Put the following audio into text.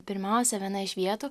pirmiausia viena iš vietų